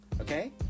okay